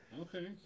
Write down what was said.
Okay